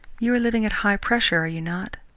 you are living at high pressure, are you not?